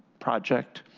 project.